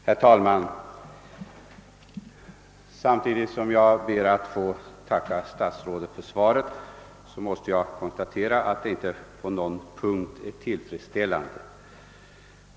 Herr talman! Samtidigt som jag ber att få tacka statsrådet för svaret måste jag konstatera att detta inte på någon punkt är tillfredsställande.